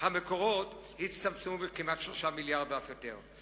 המקורות יצטמצמו בכמעט 3 מיליארדים ואף יותר.